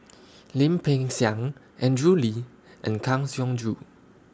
Lim Peng Siang Andrew Lee and Kang Siong Joo